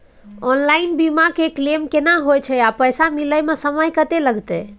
Online बीमा के claim केना होय छै आ पैसा मिले म समय केत्ते लगतै?